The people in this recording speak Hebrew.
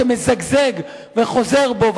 שמזגזג וחוזר בו,